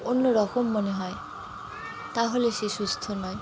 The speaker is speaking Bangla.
অন্যরকম মনে হয় তাহলে সে সুস্থ নয়